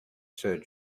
sir